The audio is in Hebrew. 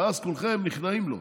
ואז כולכם נכנעים לו.